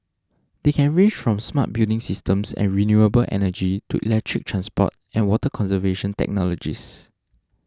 they can range from smart building systems and renewable energy to electric transport and water conservation technologies